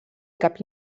cap